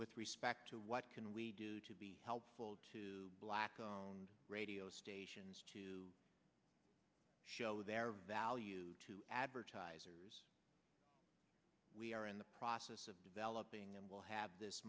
with respect to what can we do to be helpful to black radio stations to show their value to advertisers we are in the process of developing and we'll have this